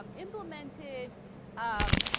um implemented ah.